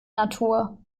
natur